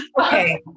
Okay